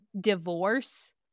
divorce